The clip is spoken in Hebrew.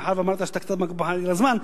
מאחר שאמרת שאתה קצת מוגבל בזמן.